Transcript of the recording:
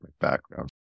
background